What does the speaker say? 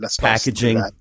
packaging